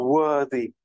worthy